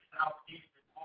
Southeastern